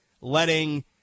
letting